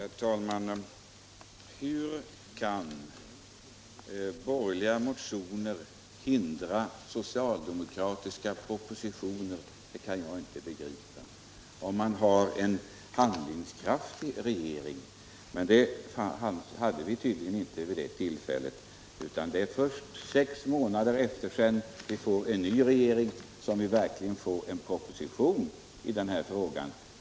Herr talman! Hur kan borgerliga motioner hindra socialdemokratiska propositioner? Det kan jag inte begripa. De borde inte kunnat hindra en handlingskraftig regering att lägga fram förslag, men en sådan hade vi tydligen inte vid det tillfället. Det är först sex månader efter det att vi har fått en ny regering som vi verkligen får en proposition i denna fråga.